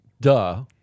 duh